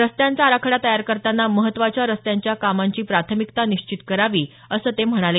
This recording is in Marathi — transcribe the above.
रस्त्यांचा आराखडा तयार करतांना महत्वाच्या रस्त्यांच्या कामांची प्राथमिकता निश्चित करावी असं ते म्हणाले